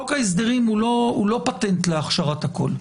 חוק ההסדרים אינו פטנט להכשרת הכול,